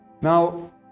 now